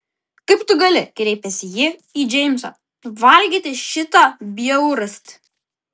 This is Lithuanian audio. kaip tu gali kreipėsi ji į džeimsą valgyti šitą bjaurastį